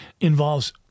involves